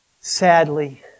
sadly